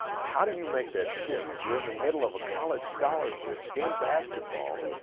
how do you make that shift. you're in the middle of a college scholarship in basketball.